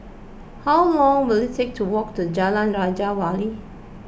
how long will it take to walk to Jalan Raja Wali